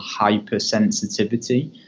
hypersensitivity